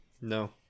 No